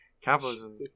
capitalism